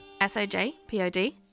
S-O-J-P-O-D